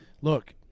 look